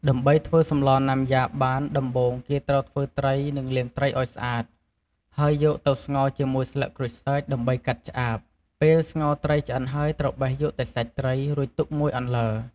ដើម្បីធ្វើសម្លណាំយ៉ាបានដំបូងគេត្រូវធ្វើត្រីនិងលាងត្រីឱ្យស្អាត ហើយយកទៅស្ងោរជាមួយស្លឹកក្រូចសើចដើម្បីកាត់ឆ្អាប ពេលស្ងោរត្រីឆ្អិនហើយត្រូវបេះយកតែសាច់ត្រីរួចទុកមួយអន្លើ។